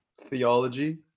Theology